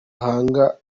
hanga